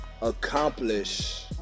accomplish